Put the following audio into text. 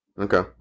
Okay